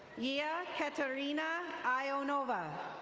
yia katerina ionova.